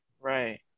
right